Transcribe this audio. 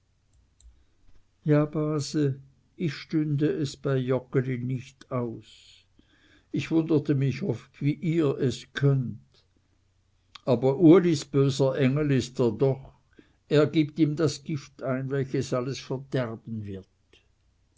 base ich stünde es bei joggeli nicht aus ich wunderte mich oft wie ihr es könnet aber ulis böser engel ist er doch er gibt ihm das gift ein welches alles verderben wird